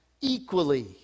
equally